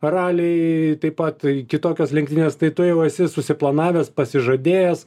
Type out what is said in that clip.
raliai taip pat kitokios lenktynės tai tu jau esi susiplanavęs pasižadėjęs